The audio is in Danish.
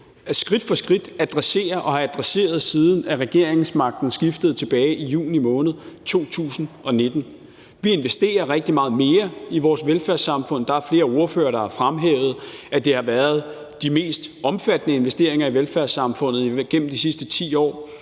skridt for skridt adresserer og har adresseret, siden regeringsmagten skiftede tilbage i juni måned 2019. Vi investerer rigtig meget mere i vores velfærdssamfund. Der er flere ordførere, der har fremhævet, at det har været de mest omfattende investeringer i velfærdssamfundet gennem de sidste 10 år.